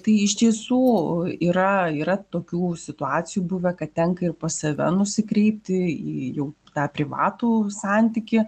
tai iš tiesų yra yra tokių situacijų buvę kad tenka ir pas save nusikreipti į jau tą privatų santykį